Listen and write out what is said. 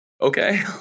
okay